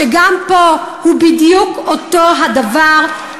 שגם פה הוא בדיוק אותו הדבר,